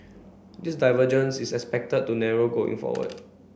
this divergence is expected to narrow going forward